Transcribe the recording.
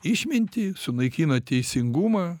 išmintį sunaikina teisingumą